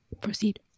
Proceed